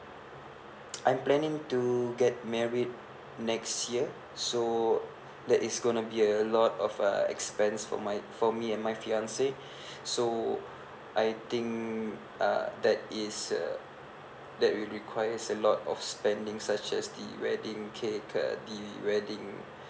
I'm planning to get married next year so that is going to be a lot of uh expense for my for me and my fiancée so I think uh that is uh that'll requires a lot of spending such as the wedding cake uh the wedding